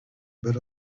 but